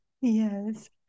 yes